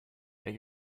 beg